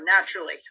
naturally